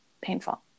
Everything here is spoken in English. painful